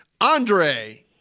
Andre